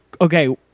okay